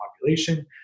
population